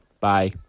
Bye